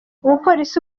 umupolisi